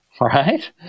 right